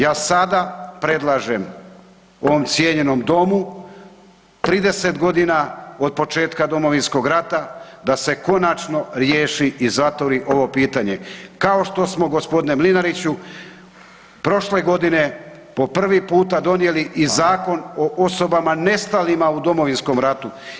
Ja sada predlažem ovom cijenjenom domu 30 g. od početka Domovinskog rata da se konačno riješi i zatvori ovo pitanje, kao što smo g. Mlinariću, prošle godine po prvi puta donijeli i zakon [[Upadica Radin: Hvala.]] o osobama nestalima u Domovinskom ratu.